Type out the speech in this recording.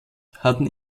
hatten